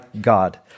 God